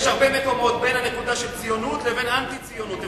יש הרבה מקומות בין הנקודה של ציונות לבין אנטי-ציונות.